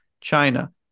China